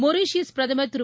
Mauritius பிரதமர் திரு